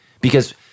because-